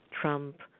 Trump